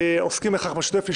שעוסקים בכך בשוטף.